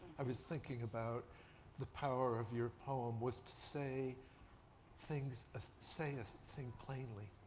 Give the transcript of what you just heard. i was thinking about the power of your poem was to say things ah saying a thing plainly.